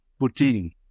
Putin